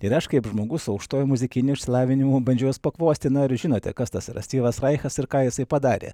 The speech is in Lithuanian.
ir aš kaip žmogus su aukštuoju muzikiniu išsilavinimu bandžiau juos pakvuosti na ar žinote kas tas styvas raihas ir ką jisai padarė